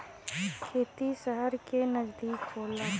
खेती सहर के नजदीक होला